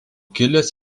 kilęs